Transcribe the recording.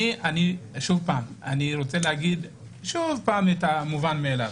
אני רוצה לומר שוב את המובן מאליו.